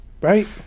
right